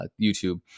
youtube